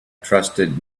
trusted